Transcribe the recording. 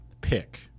pick